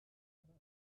able